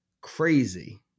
crazy